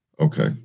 Okay